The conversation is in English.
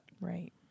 right